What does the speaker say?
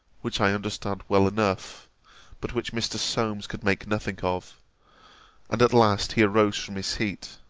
which i understood well enough but which mr. solmes could make nothing of and at last he arose from his seat